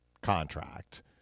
contract